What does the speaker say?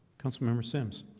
councilmember simms.